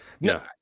no